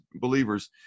believers